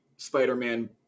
spider-man